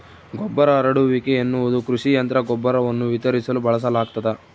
ಗೊಬ್ಬರ ಹರಡುವಿಕೆ ಎನ್ನುವುದು ಕೃಷಿ ಯಂತ್ರ ಗೊಬ್ಬರವನ್ನು ವಿತರಿಸಲು ಬಳಸಲಾಗ್ತದ